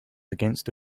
against